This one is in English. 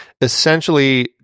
essentially